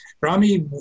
Rami